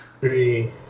three